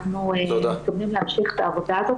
אנחנו מתכוונים להמשיך את העבודה הזאת,